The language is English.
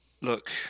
look